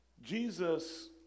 Jesus